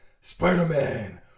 Spider-Man